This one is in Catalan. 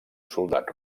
soldat